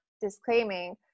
disclaiming